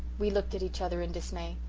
we looked at each other in dismay.